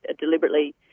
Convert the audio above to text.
deliberately